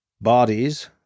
bodies